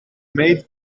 made